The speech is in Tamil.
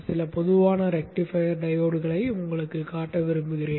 சில பொதுவான ரெக்டிஃபையர் டையோட்களை உங்களுக்குக் காட்ட விரும்புகிறேன்